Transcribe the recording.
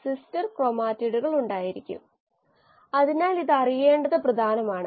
single കോശ protein എന്ന് വിളിക്കപ്പെടുന്ന കാര്യത്തിലും സമാനമാണ്